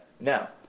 Now